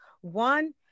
one